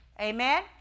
Amen